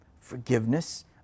forgiveness